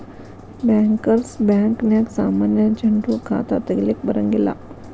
bankers bank ನ್ಯಾಗ ಸಾಮಾನ್ಯ ಜನ್ರು ಖಾತಾ ತಗಿಲಿಕ್ಕೆ ಬರಂಗಿಲ್ಲಾ